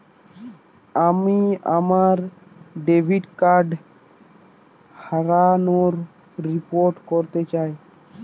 আমি আমার debit card হারানোর রিপোর্ট করতে চাই